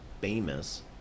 Famous